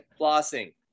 flossing